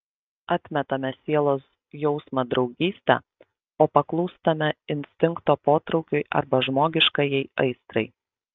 atmetame sielos jausmą draugystę o paklūstame instinkto potraukiui arba žmogiškajai aistrai